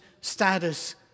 status